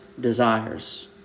desires